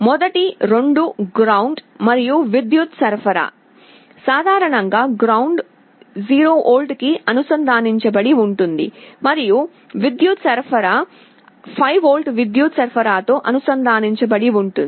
మొదటి 2 గ్రౌండ్ మరియు విద్యుత్ సరఫరా సాధారణంగా గ్రౌండ్ 0 V కి అనుసంధానించబడి ఉంటుంది మరియు విద్యుత్ సరఫరా 5V విద్యుత్ సరఫరాతో అనుసంధానించబడి ఉంటుంది